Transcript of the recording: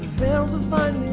thousand five